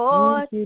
Lord